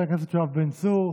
חבר הכנסת יואב בן צור,